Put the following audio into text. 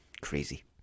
crazy